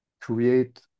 create